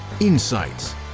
insights